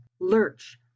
lurch